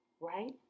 right